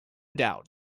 doubt